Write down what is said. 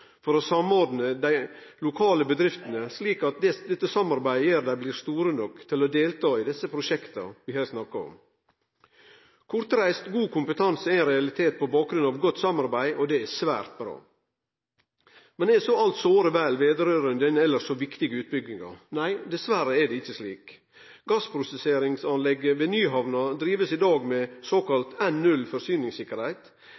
dei lokale bedriftene slik at samarbeidet gjer dei store nok til å delta i prosjekta vi her snakkar om. Kortreist, god kompetanse er ein realitet på bakgrunn av godt samarbeid, og det er svært bra. Men er så alt såre vel med omsyn til denne elles så viktige utbygginga? Nei, dessverre er det ikkje slik. Gassprosesseringsanlegget ved Nyhamna blir i dag drive med